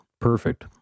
Perfect